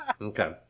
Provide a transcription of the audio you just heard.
Okay